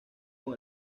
con